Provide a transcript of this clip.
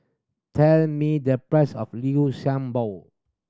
tell me the price of Liu Sha Bao